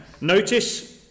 Notice